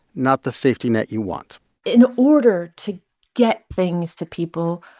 not the safety net you want in order to get things to people,